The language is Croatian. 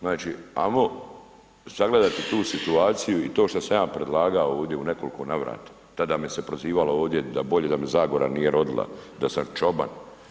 Znači ajmo sagledati tu situaciju i to šta sam ja predlagao u nekoliko navrata, tada me se prozivalo ovdje da bolje da me Zagora nije rodila, da sam čoban.